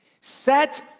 set